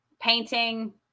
painting